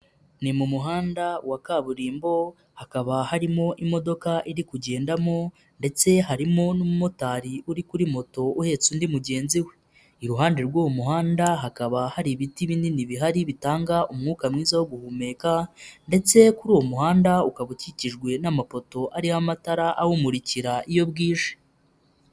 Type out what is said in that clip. Ni mu muhanda wa kaburimbo hakaba harimo imodoka iri kugendamo ndetse harimo n'umumotari uri kuri moto uhetse undi mugenzi we, iruhande rw'uwo muhanda hakaba hari ibiti binini bihari bitanga umwuka mwiza wo guhumeka ndetse kuri uwo muhanda ukaba ukikijwe n'amapoto ariho amatara awumurikira iyo bwije.